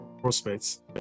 prospects